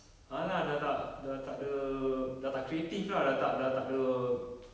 ah lah dah tak dah tak ada dah tak creative lah dah tak dah tak ada